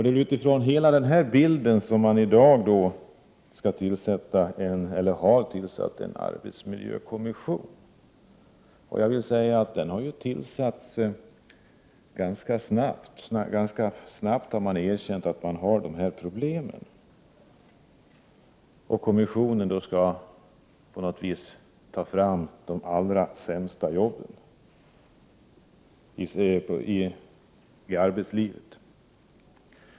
Det är utifrån hela den bilden som man har tillsatt en arbetsmiljökommission. Jag vill säga att den har tillsatts ganska snabbt, att man tidigt har erkänt de här problemen. Kommissionen skall nu på något vis få fram de allra sämsta jobben i arbetslivet.